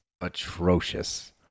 atrocious